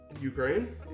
Ukraine